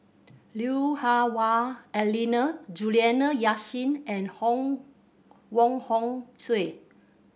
Lui Hah Wah Elena Juliana Yasin and Hong Wong Hong Suen